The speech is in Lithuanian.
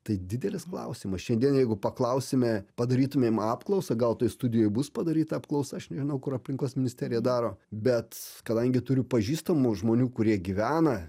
tai didelis klausimas šiandien jeigu paklausime padarytumėm apklausą gal toj studijoj bus padaryta apklausa aš nežinau kur aplinkos ministerija daro bet kadangi turiu pažįstamų žmonių kurie gyvena